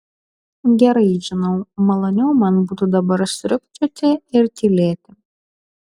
gerai žinau maloniau man būtų dabar sriubčioti ir tylėti